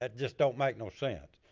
ah just don't make no sense.